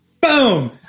Boom